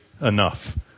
enough